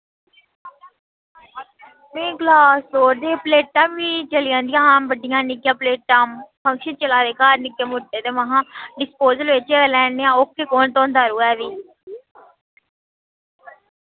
नेईं ग्लास लोड़दे हे प्लेटां बी चली जन्दियां हां बड्डियां निक्कियां प्लेटां फंक्शन चला दे घर निक्के मोटे ते महां डिस्पोजल बिच गै लैने आं ओह्के कु'न धोंदा र'वै फ्ही